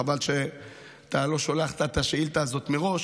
חבל שאתה לא שלחת אליי את השאילתה הזאת מראש,